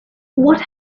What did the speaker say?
what